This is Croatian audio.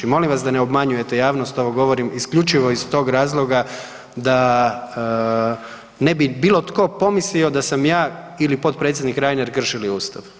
I molim vas da ne obmanjujete javnost, ovo govorim isključivo iz tog razloga da ne bi bilo tko pomislio da sam ja ili potpredsjednik Reiner kršili ustav.